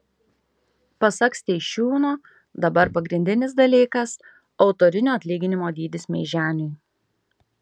pasak steišiūno dabar pagrindinis dalykas autorinio atlyginimo dydis meiženiui